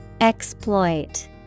Exploit